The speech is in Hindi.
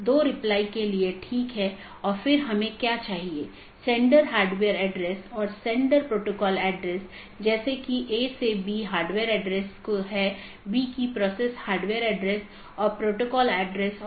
कुछ और अवधारणाएं हैं एक राउटिंग पॉलिसी जो महत्वपूर्ण है जोकि नेटवर्क के माध्यम से डेटा पैकेट के प्रवाह को बाधित करने वाले नियमों का सेट है